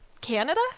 Canada